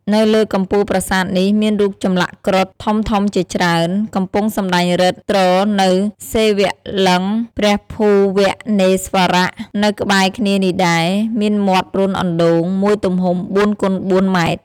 នៅលើកំពូលប្រាសាទនេះ មានរូបចំលាក់គ្រុឌ ធំៗជាច្រើន កំពុងសំដែងឫទ្ធិ ទ្រនូវសិវលឹង្គ ត្រីភូវនេស្វរៈ នៅក្បែរគ្នានេះដែរ មានមាត់រន្ធអណ្តូង មួយទំហំ ៤ គុណ ៤ ម៉ែត្រ។